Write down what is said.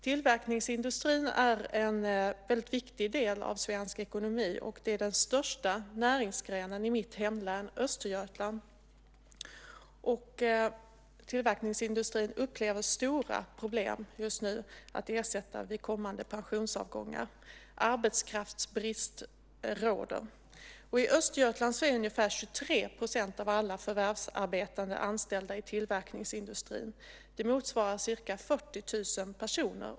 Tillverkningsindustrin är en väldigt viktig del av svensk ekonomi, och det är den största näringsgrenen i mitt hemlän, Östergötland. Tillverkningsindustrin upplever just nu stora problem att ersätta arbetskraft vid kommande pensionsavgångar. Arbetskraftsbrist råder. I Östergötland är ungefär 23 % av alla förvärvsarbetande anställda i tillverkningsindustrin. Det motsvarar ca 40 000 personer.